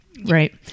right